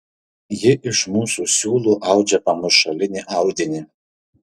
ji iš mūsų siūlų audžia pamušalinį audinį